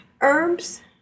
herbs